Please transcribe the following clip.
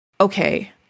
okay